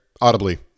audibly